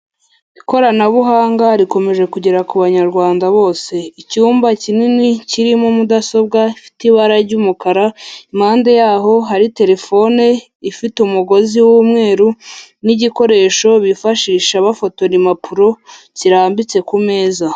Ikoranabuhanga rikomeje kugera ku banyarwanda bose, icyumba kinini kirimo mudasobwa ifite ibara ry'umukara, impande yaho hari telefone ifite umugozi w'umweru n'igikoresho bifashisha bafotora impapuro kirambitse ku meza.